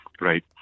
right